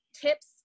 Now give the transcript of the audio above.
tips